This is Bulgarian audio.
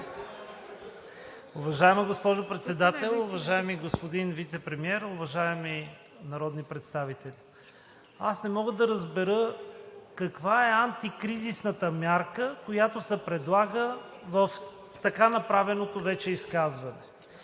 Уважаема госпожо Председател, уважаеми господин Вицепремиер, уважаеми народни представители! Не мога да разбера, каква е антикризисната мярка, която се предлага в така направеното вече изказване.